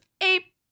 ape